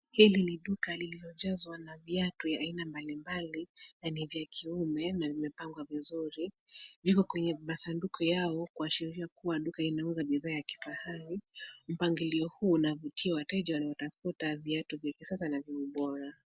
Hili ni duka lililojazwa na viatu ya aina mbalimbali na ni vya kiume na vimepangwa vizuri. Viko kwenye masanduku yao, kuashiria kuwa duka linauza bidhaa ya kifahari. Mpangilio huu unavutia wateja wanaotafuta viatu vya kisasa na vya ubora.